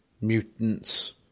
mutants